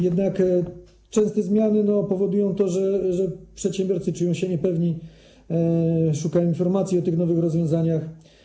Jednak częste zmiany powodują to, że przedsiębiorcy czują się niepewnie, szukają informacji o nowych rozwiązaniach.